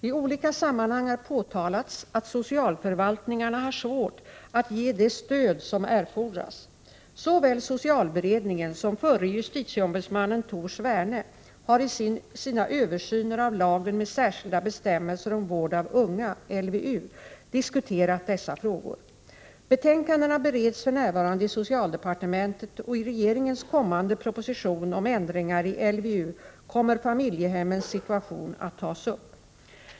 I olika sammanhang har påtalats att socialförvaltningarna har svårt att ge det stöd som erfordras. Såväl socialberedningen som förre justitieombudsmannen Tor Sverne har i sina översyner av lagen med särskilda bestämmelser om vård av unga diskuterat dessa frågor. Betänkandena bereds för närvarande i socialdepartementet, och i regeringens kommande proposition om ändringar i LVU kommer familjehemmens situation att tas upp.